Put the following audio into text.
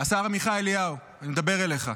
השר עמיחי אליהו, אני מדבר אליך.